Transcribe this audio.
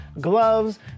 gloves